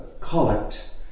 collect